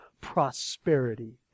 prosperity